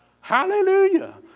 Hallelujah